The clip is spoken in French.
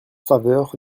faveur